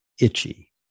itchy